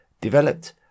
developed